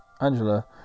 Angela